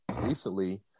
recently